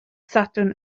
sadwrn